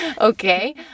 okay